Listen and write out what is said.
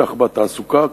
כך בתעסוקה,